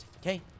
Okay